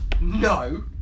No